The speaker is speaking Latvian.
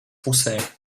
pusē